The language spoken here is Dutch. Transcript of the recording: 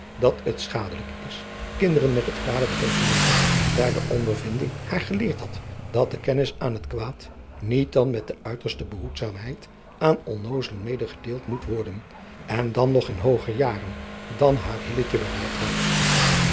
dat het schadelijk is kinderen met het kwade bekend te maken daar de ondervinding haar geleerd had dat de kennis aan het kwaad niet dan met de uiterste behoedzaamheid aan onnoozelen medegedeeld moet worden en dan adriaan loosjes pzn het leven van hillegonda buisman nog in hooger jaren dan haar hilletje bereikt had